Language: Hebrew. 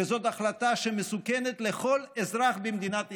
וזאת החלטה שמסוכנת לכל אזרח במדינת ישראל.